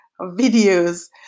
videos